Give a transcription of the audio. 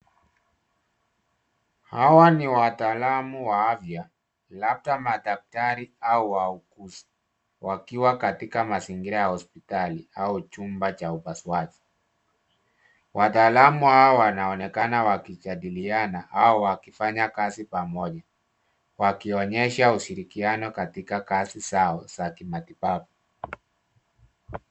Hawa ni wataalamu wa afya, labda madaktari au wauguzi, wakiwa katika mazingira ya hospitali au chumba cha upasuaji. Wataalamu hawa wanaonekana wakijadiliana au wakifanya kazi pamoja, wakionyesha ushirikiano katika kazi zao za kimatibabu.